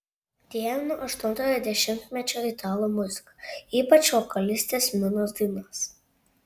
dievinu aštuntojo dešimtmečio italų muziką ypač vokalistės minos dainas